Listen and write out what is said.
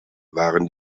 waren